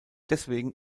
deswegen